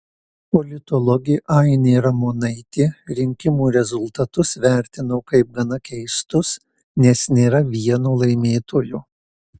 politologė ainė ramonaitė rinkimų rezultatus vertino kaip gana keistus nes nėra vieno laimėtojo